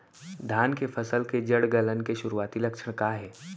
धान के फसल के जड़ गलन के शुरुआती लक्षण का हे?